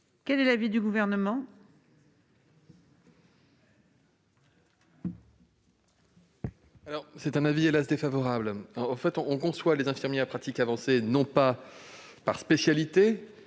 Quel est l'avis du Gouvernement ?